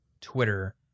Twitter